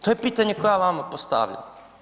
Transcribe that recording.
To je pitanje koje ja vama postavljam.